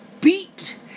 beat